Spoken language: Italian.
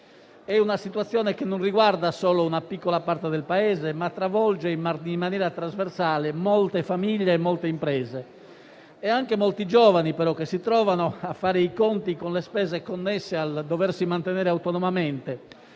È una situazione che non riguarda solo una piccola parte del Paese, ma travolge in maniera trasversale molte famiglie, molte imprese e anche molti giovani, che si trovano a fare i conti con le spese connesse alla necessità di mantenersi autonomamente,